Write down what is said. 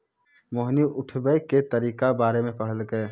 मोहिनी उठाबै के तरीका बारे मे पढ़लकै